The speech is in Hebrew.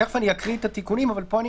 תיכף אני אקרא את התיקונים אבל פה אני